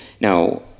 Now